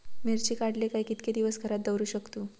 मिर्ची काडले काय कीतके दिवस घरात दवरुक शकतू?